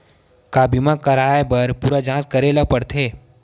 का बीमा कराए बर पूरा जांच करेला पड़थे?